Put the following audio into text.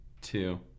two